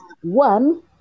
one